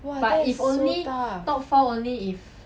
!wah! that is so tough